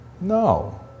No